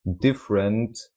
different